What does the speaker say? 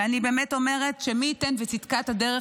ואני באמת אומרת שמי ייתן וצדקת הדרך